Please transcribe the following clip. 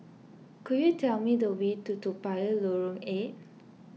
could you tell me the way to Toa Payoh Lorong eight